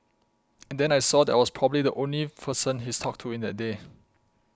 and then I saw that I was probably the only person he's talked to in that day